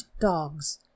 dogs